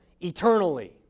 eternally